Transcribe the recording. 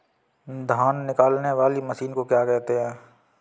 धान निकालने वाली मशीन को क्या कहते हैं?